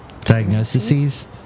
Diagnoses